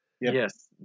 Yes